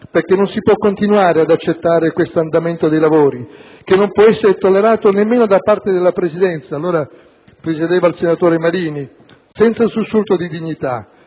perché non si può continuare ad accettare questo andamento dei lavori, che non può essere tollerato nemmeno da parte della Presidenza» - allora presiedeva il senatore Marini - «senza un sussulto di dignità